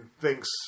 thinks